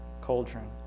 cauldron